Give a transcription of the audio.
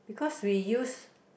because we use